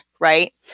right